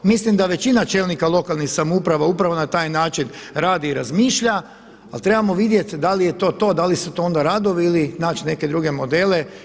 Mislim da većina čelnika lokalnih samouprava upravo na taj način radi i razmišlja, ali trebamo vidjeti da li je to to, da li su to onda radovi ili naći neke druge modele.